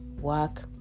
work